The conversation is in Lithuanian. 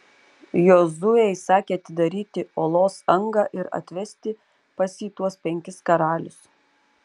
jozuė įsakė atidaryti olos angą ir atvesti pas jį tuos penkis karalius